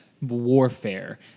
Warfare